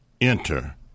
Enter